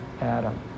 Adam